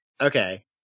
Okay